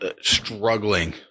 struggling